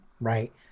right